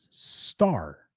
star